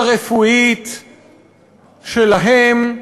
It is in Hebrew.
הרפואית שלהם,